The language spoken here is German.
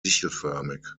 sichelförmig